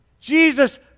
Jesus